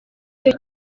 cyo